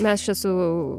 mes čia su